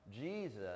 Jesus